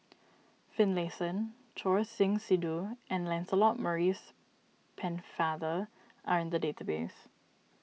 Finlayson Choor Singh Sidhu and Lancelot Maurice Pennefather are in the database